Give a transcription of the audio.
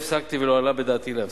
ולא עלה בדעתי להפסיק.